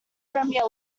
premier